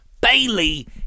Bailey